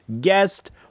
guest